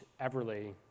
Everly